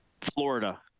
Florida